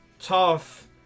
tough